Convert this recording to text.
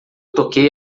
toquei